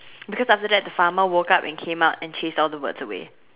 because after that the farmer woke up and came up and chased all the birds away